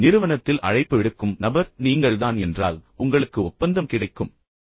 நிறுவனத்தில் அழைப்பு விடுக்கும் நபர் நீங்கள்தான் என்றால் உங்களுக்கு ஒப்பந்தம் கிடைக்கும் என்பது அனைவருக்கும் தெரியும்